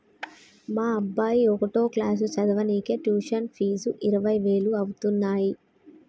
మా అబ్బాయి ఒకటో క్లాసు చదవనీకే ట్యుషన్ ఫీజు ఇరవై వేలు అయితన్నయ్యి